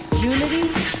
Unity